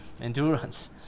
Endurance